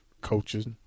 coaches